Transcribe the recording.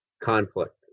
conflict